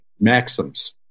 maxims